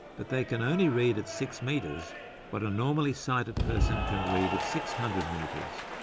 but they can only read at six metres what a normally sighted person can read at six hundred metres.